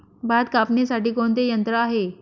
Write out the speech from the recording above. भात कापणीसाठी कोणते यंत्र आहे?